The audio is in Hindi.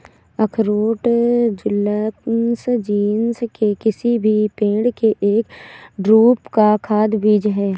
अखरोट जुगलन्स जीनस के किसी भी पेड़ के एक ड्रूप का खाद्य बीज है